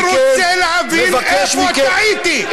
אני רוצה להבין איפה טעיתי?